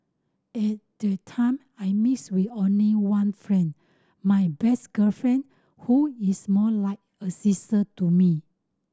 at the time I mixed with only one friend my best girlfriend who is more like a sister to me